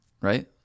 Right